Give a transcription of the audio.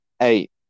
eight